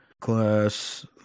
class